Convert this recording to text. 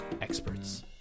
experts